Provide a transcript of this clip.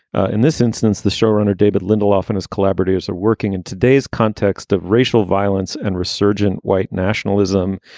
in this instance, the showrunner, david lindow, often his collaborators are working in today's context of racial violence and resurgent white nationalism.